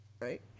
Right